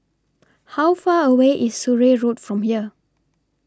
How Far away IS Surrey Road from here